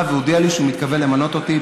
והודיע לי שהוא מתכוון למנות אותי,